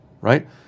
right